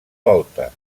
volta